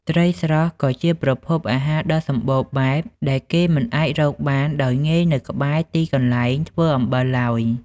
ត្រីស្រស់ក៏ជាប្រភពអាហារដ៏សម្បូរបែបដែលគេមិនអាចរកបានដោយងាយនៅក្បែរទីកន្លែងធ្វើអំបិលឡើយ។